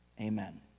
Amen